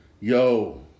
Yo